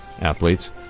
athletes